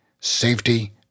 safety